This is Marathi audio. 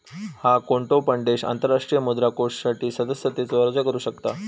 हा, कोणतो पण देश आंतरराष्ट्रीय मुद्रा कोषासाठी सदस्यतेचो अर्ज करू शकता